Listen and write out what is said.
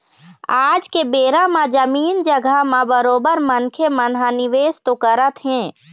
आज के बेरा म जमीन जघा म बरोबर मनखे मन ह निवेश तो करत हें